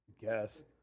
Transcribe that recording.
guess